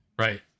right